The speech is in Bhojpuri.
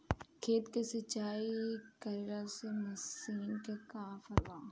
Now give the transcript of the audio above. खेत के सिंचाई करेला मशीन के का ऑफर बा?